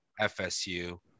FSU